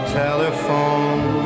telephone